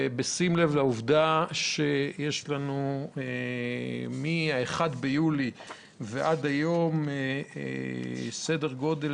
ובשים לב לעובדה שיש לנו מיולי ועד היום סדר גודל